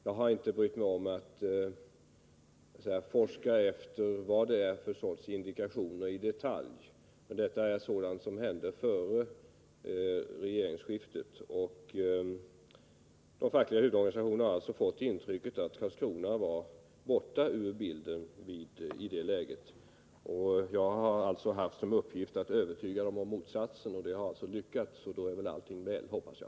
Jag har inte brytt mig om att forska efter vad det är för sorts indikationer i detalj. Detta är sådant som hände före regeringsskiftet, och de fackliga huvudorganisationerna har alltså fått det intrycket att Karlskrona var borta ur bilden i det läget. Jag har haft som uppgift att övertyga dem om motsatsen. Det har alltså lyckats, och då är allting väl, hoppas jag.